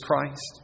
Christ